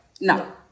no